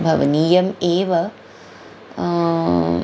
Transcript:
भवनीयम् एव